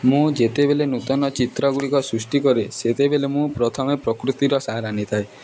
ମୁଁ ଯେତେବେଲେ ନୂତନ ଚିତ୍ରଗୁଡ଼ିକ ସୃଷ୍ଟି କରେ ସେତେବେଲେ ମୁଁ ପ୍ରଥମେ ପ୍ରକୃତିର ସାହାରା ନେଇଥାଏ